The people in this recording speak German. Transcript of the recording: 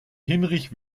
hinrich